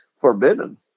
forbidden